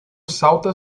salta